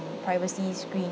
privacy screen